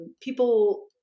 people